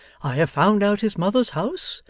i have found out his mother's house,